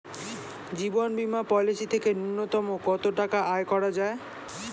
জীবন বীমা পলিসি থেকে ন্যূনতম কত টাকা আয় করা যায়?